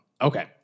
Okay